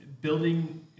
building